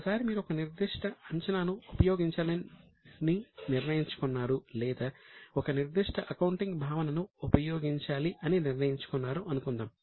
ఒకసారి మీరు ఒక నిర్దిష్ట అంచనాను ఉపయోగించాలని నిర్ణయించుకున్నారు లేదా ఒక నిర్దిష్ట అకౌంటింగ్ భావనను ఉపయోగించాలి అని నిర్ణయించుకున్నారు అనుకుందాం